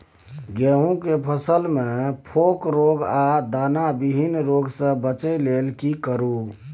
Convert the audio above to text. गेहूं के फसल मे फोक रोग आ दाना विहीन रोग सॅ बचबय लेल की करू?